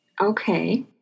Okay